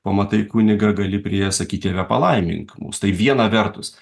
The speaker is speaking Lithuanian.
pamatai kunigą gali priėjęs sakyti tėve palaimink mus tai viena vertus